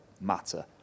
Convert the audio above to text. matter